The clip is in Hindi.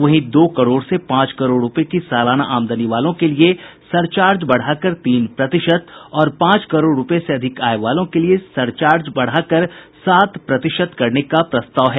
वहीं दो करोड़ से पांच करोड़ रूपये की सालाना आमदनी वालों के लिए सरचार्ज बढ़ाकर तीन प्रतिशत और पांच करोड़ रूपये से अधिक आय वालों के लिए सरचार्ज बढ़ाकर सात प्रतिशत करने का प्रस्ताव है